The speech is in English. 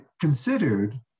considered